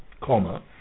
comma